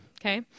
okay